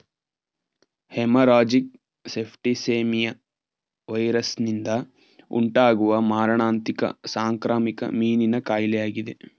haemorrhagic septicaemia ವೈರಸ್ನಿಂದ ಉಂಟಾಗುವ ಮಾರಣಾಂತಿಕ ಸಾಂಕ್ರಾಮಿಕ ಮೀನಿನ ಕಾಯಿಲೆಯಾಗಿದೆ